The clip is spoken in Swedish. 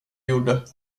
gjorde